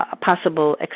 possible